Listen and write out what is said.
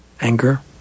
anger